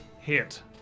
hit